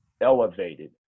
elevated